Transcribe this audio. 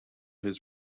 his